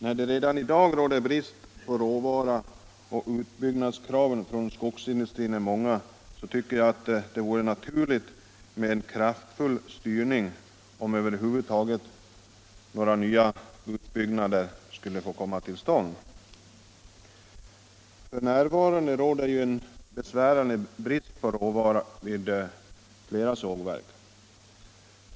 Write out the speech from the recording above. När det redan i dag råder brist på råvara och utbyggnadskraven från skogsindustrin är många så tycker jag att det vore naturligt med en kraftfull styrning om över huvud taget några nya utbyggnader skulle få komma till stånd. F. n. råder ju en besvärande brist på råvara vid flera sågverk.